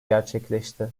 gerçekleşti